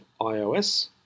iOS